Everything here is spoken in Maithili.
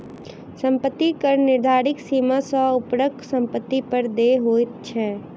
सम्पत्ति कर निर्धारित सीमा सॅ ऊपरक सम्पत्ति पर देय होइत छै